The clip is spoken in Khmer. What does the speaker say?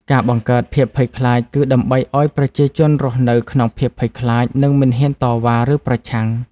ការបង្កើតភាពភ័យខ្លាចគឺដើម្បីឱ្យប្រជាជនរស់នៅក្នុងភាពភ័យខ្លាច និងមិនហ៊ានតវ៉ា ឬប្រឆាំង។